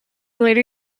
later